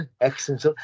Excellent